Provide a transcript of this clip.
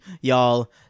y'all